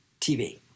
TV